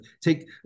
take